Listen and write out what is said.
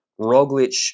Roglic